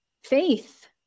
faith